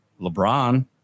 LeBron